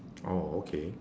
oh okay